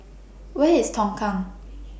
Where IS Tongkang